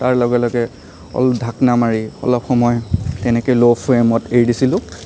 তাৰ লগে লগে অল ঢাকনা মাৰি অলপ সময় তেনেকৈ ল' ফ্লেমত এৰি দিছিলোঁ